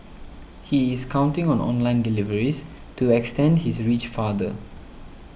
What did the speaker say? he is counting on online deliveries to extend his reach farther